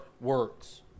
words